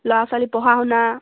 ল'ৰা ছোৱালীৰ পঢ়া শুনা